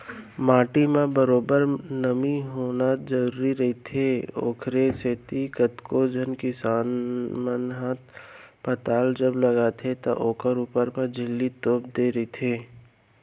माटी म बरोबर नमी होना जरुरी रहिथे, ओखरे सेती कतको झन किसान मन ह पताल जब लगाथे त ओखर ऊपर म झिल्ली तोप देय रहिथे